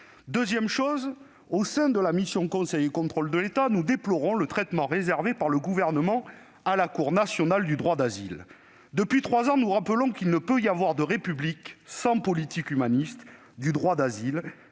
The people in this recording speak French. Deuxièmement, s'agissant de la mission « Conseil et contrôle de l'État », nous déplorons le traitement réservé par le Gouvernement à la Cour nationale du droit d'asile. Depuis trois ans, nous rappelons qu'il ne peut y avoir de République sans politique humaniste du droit d'asile,